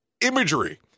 imagery